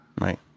Right